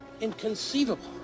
Inconceivable